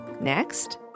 Next